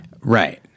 Right